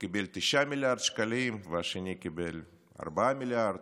קיבל 9 מיליארד שקלים, השני קיבל 4 מיליארד,